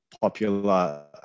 popular